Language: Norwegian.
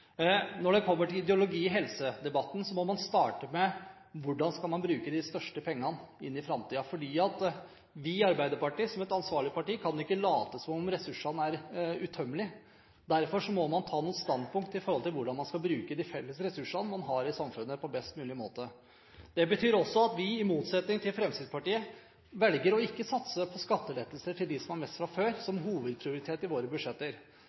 Når det kommer til ideologi i helsedebatten, må man starte med hvordan man skal bruke de største pengene i framtiden. Vi i Arbeiderpartiet, som et ansvarlig parti, kan ikke late som om ressursene er utømmelige. Derfor må man ta noen standpunkter når det gjelder hvordan man skal bruke de felles ressursene man har i samfunnet, på best mulig måte. Det betyr også at vi, i motsetning til Fremskrittspartiet, velger å ikke satse på skattelettelser til dem som har mest fra før. Det er hovedprioritet i våre budsjetter.